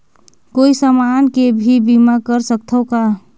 कोई समान के भी बीमा कर सकथव का?